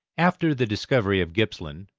after the discovery of gippsland,